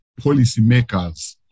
policymakers